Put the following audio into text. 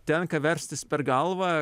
tenka verstis per galvą